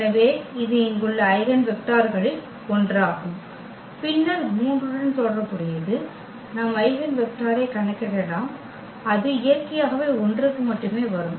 எனவே இது இங்குள்ள ஐகென் வெக்டர்களில் ஒன்றாகும் பின்னர் 3 உடன் தொடர்புடையது நாம் ஐகென் வெக்டரைக் கணக்கிடலாம் அது இயற்கையாகவே 1 க்கு மட்டுமே வரும்